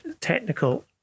technical